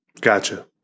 Gotcha